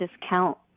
discount